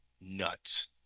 Nuts